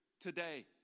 today